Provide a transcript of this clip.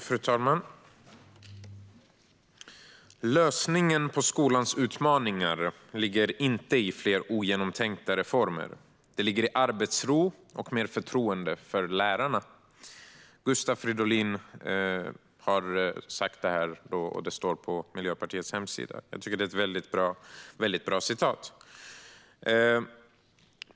Fru talman! "Lösningen på skolans utmaningar ligger inte i fler ogenomtänkta reformer. Den ligger i arbetsro och mer förtroende för lärarna." Detta har Gustav Fridolin sagt, och det står på Miljöpartiets hemsida. Jag tycker att det är ett mycket bra citat.